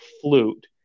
flute